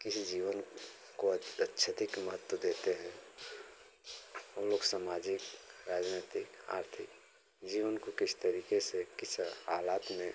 किसी जीवन को अत्यधिक महत्त्व देते हैं हम लोग समाजिक राजनैतिक आर्थिक जीवन को किस तरीके से किस हालत में